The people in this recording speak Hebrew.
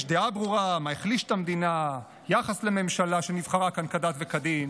יש דעה ברורה מה החליש את המדינה: היחס לממשלה שנבחרה כאן כדת וכדין.